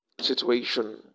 situation